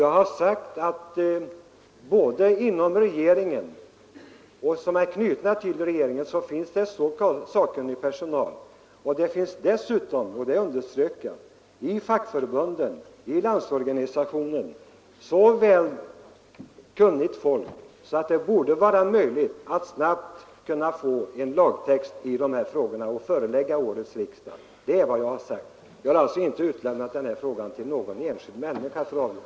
Jag sade att det finns så sakkunniga personer både inom regeringen och knutna till regeringen och att det finns — det underströk jag — så kunnigt folk i fackförbunden och inom LO, att det borde vara möjligt att snabbt få till stånd en lagtext i dessa frågor att förelägga årets riksdag. Det är vad jag har sagt. Jag har alltså inte föreslagit att avgörandet av denna fråga skulle överlämnas till någon enskild person.